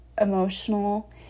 emotional